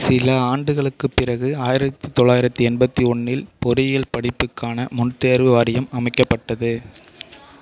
சில ஆண்டுகளுக்குப் பிறகு ஆயிரத்து தொள்ளாயிரத்து எண்பத்து ஒன்றில் பொறியியல் படிப்புக்கான முன்தேர்வு வாரியம் அமைக்கப்பட்டது